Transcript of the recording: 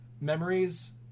memories